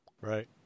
right